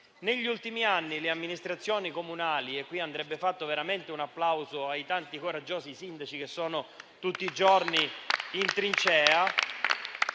Negli ultimi anni le amministrazioni comunali - e qui andrebbe fatto veramente un applauso ai tanti coraggiosi sindaci che sono tutti i giorni in trincea